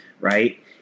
Right